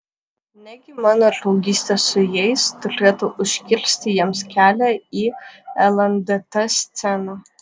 negi mano draugystė su jais turėtų užkirsti jiems kelią į lndt sceną